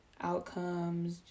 outcomes